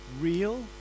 real